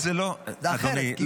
זה אחרת.